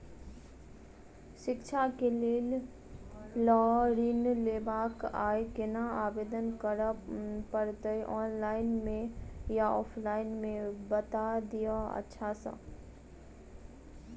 शिक्षा केँ लेल लऽ ऋण लेबाक अई केना आवेदन करै पड़तै ऑनलाइन मे या ऑफलाइन मे बता दिय अच्छा सऽ?